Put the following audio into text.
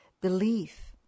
belief